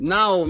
Now